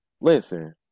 listen